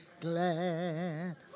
glad